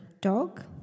dog